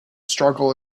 struggle